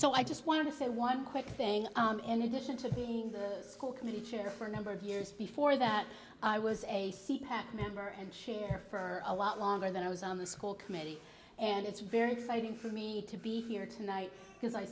so i just want to say one quick thing in addition to the school committee chair for a number of years before that i was a pac member and share for a lot longer than i was on the school committee and it's very exciting for me to be here tonight because i